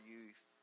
Youth